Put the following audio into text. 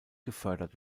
gefördert